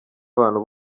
abantu